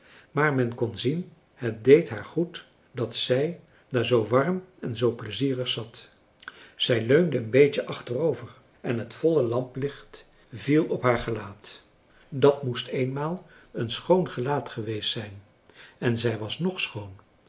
maar men kon zien het deed haar goed dat zij daar zoo warm en zoo pleizierig zat zij leunde een beetje achterover en het volle lamplicht viel op haar gelaat dat moest eenmaal een schoon gelaat geweest zijn en zij was ng schoon